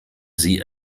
sie